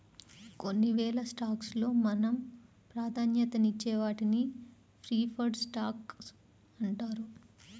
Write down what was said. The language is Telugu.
కొన్నివేల స్టాక్స్ లో మనం ప్రాధాన్యతనిచ్చే వాటిని ప్రిఫర్డ్ స్టాక్స్ అంటారు